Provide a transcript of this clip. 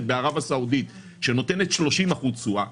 בערב הסעודית שנותנת 30 אחוז תשואה,